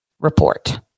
Report